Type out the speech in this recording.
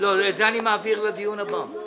את זה אני מעביר לדיון הבא.